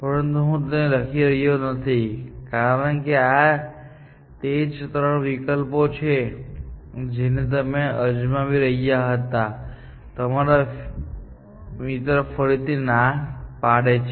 પરંતુ હું તેને લખી રહ્યો નથી કારણકે આ તે જ ત્રણ વિકલ્પો છે જેને તમે અજમાવી રહ્યા હતા અને તમારો મિત્ર ફરીથી ના પાડે છે